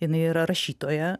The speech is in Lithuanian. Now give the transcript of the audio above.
jinai yra rašytoja